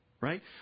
Right